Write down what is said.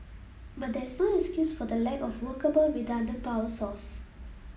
but there is no excuse for the lack of workable redundant power source